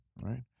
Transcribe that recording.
right